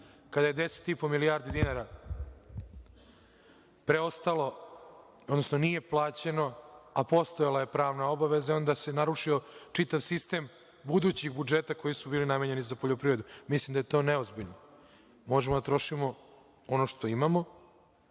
kada 10,5 milijardi dinara nije plaćeno, a postojala je pravna obaveza, onda se narušio čitav sistem budućih budžeta koji su bili namenjeni za poljoprivredu. Mislim da je to neozbiljno. Možemo da trošimo ono što imamo